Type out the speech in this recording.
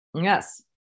Yes